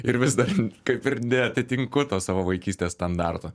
ir vis dar kaip ir neatitinku to savo vaikystės standarto